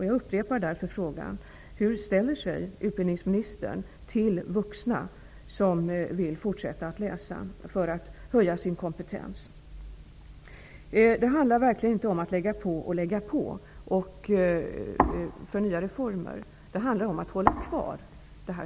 Jag upprepar min fråga: Hur ställer sig utbildningsministern till vuxna som vill fortsätta att läsa för att höja sin kompetens? Det här handlar verkligen inte om att ''lägga på och lägga på'' för nya reformer. Det handlar om att ha kvar systemet.